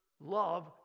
love